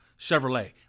Chevrolet